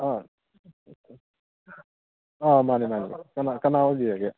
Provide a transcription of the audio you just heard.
ꯑꯥ ꯑꯥ ꯃꯥꯟꯅꯦ ꯃꯥꯟꯅꯦ ꯀꯅꯥ ꯑꯣꯏꯕꯤꯔꯒꯦ